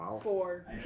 four